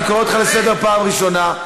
אני קורא אותך לסדר פעם ראשונה.